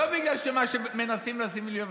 לא בגלל מה שמנסים לשים לי,